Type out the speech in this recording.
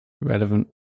relevant